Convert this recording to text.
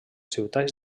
ciutats